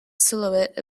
silhouette